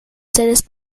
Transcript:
seres